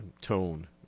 tone